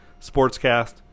sportscast